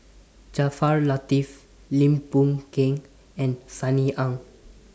Jaafar Latiff Lim Boon Keng and Sunny Ang